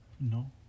No